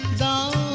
the